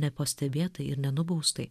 nepastebėtai ir nenubaustai